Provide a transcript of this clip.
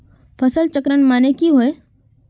फसल चक्रण माने की होय?